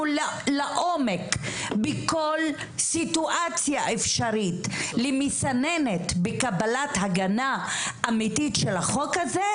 לעומק בכל סיטואציה אפשרית למסננת בקבלת הגנה אמיתית של החוק הזה,